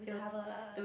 cover lah